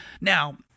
Now